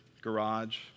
garage